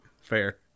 Fair